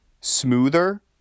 smoother